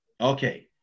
Okay